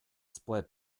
split